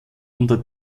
unter